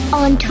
on